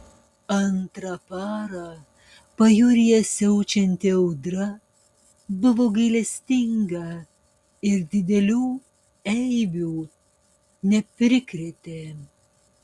antrą parą pajūryje siaučianti audra buvo gailestinga ir didelių eibių neprikrėtė